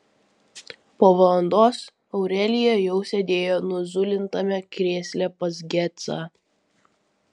po valandos aurelija jau sėdėjo nuzulintame krėsle pas gecą